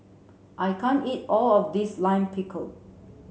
I can't eat all of this Lime Pickle